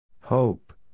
Hope